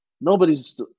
nobody's